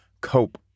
cope